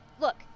look